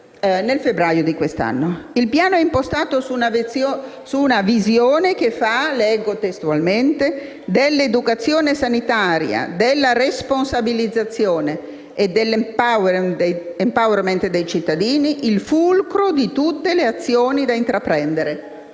nel febbraio scorso. Tale piano è impostato su una visione che fa «dell'educazione sanitaria, della responsabilizzazione e dell'*empowerment* dei cittadini» il fulcro di tutte le azioni da intraprendere